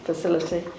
Facility